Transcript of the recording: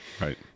right